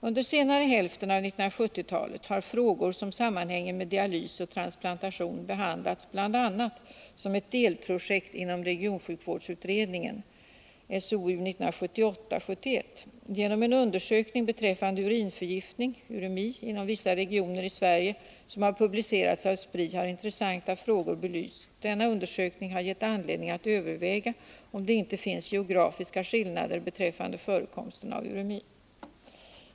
Under senare hälften av 1970-talet har frågor som sammanhänger med dialys och transplantation behandlats bl.a. som ett delprojekt inom regionsjukvårdsutredningen . Genom en undersökning beträffande urinförgiftning inom vissa regioner i Sverige som har publicerats av Spri har intressanta frågor belysts. Denna undersökning har gett anledning att överväga om det inte finns geografiska skillnader beträffande förekomsten av uremi.